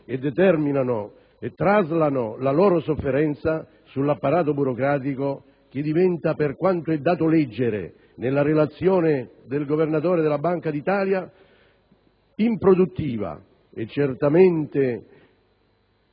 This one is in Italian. ancora e traslano la loro sofferenza sull'apparato burocratico, che diventa, come è dato leggere nella relazione del Governatore della Banca d'Italia, improduttivo e certamente